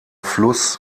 fluss